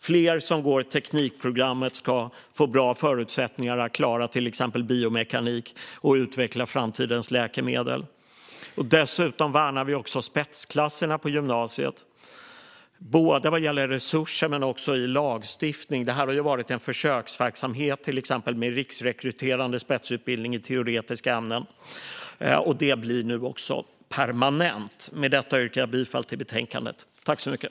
Fler som går teknikprogrammet ska få bra förutsättningar att klara till exempel biomekanik och utveckla framtidens läkemedel. Dessutom värnar vi också spetsklasserna på gymnasiet, både vad gäller resurser och i lagstiftning. Det här har varit en försöksverksamhet med riksrekryterande spetsutbildning i teoretiska ämnen. Det blir nu permanent. Med detta yrkar jag bifall till förslaget i betänkandet.